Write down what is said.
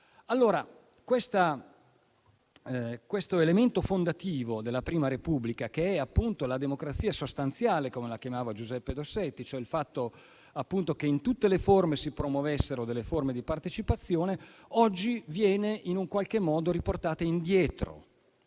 Allora questo elemento fondativo della Prima Repubblica, che è appunto la democrazia sostanziale, come la chiamava Giuseppe Dossetti, cioè il fatto che in tutti i modi si promuovessero forme di partecipazione, oggi viene riportato indietro.